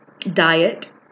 diet